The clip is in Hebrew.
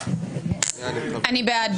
מי נמנע?